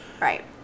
Right